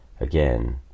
Again